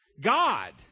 God